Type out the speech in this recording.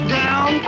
down